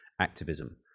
activism